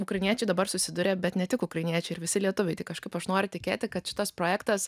ukrainiečiai dabar susiduria bet ne tik ukrainiečiai ir visi lietuviai tai kažkaip aš noriu tikėti kad šitas projektas